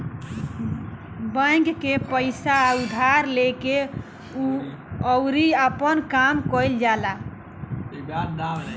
bank से पइसा उधार लेके अउरी आपन काम कईल जाला